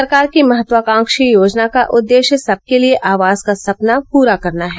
सरकार की महत्वाकांक्षी योजना का उद्देश्य सबके लिए आवास का सपना पूरा करना है